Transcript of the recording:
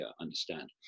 understand